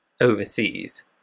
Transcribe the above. overseas